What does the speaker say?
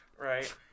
Right